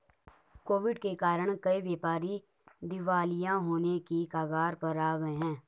Covid के कारण कई व्यापारी दिवालिया होने की कगार पर आ गए हैं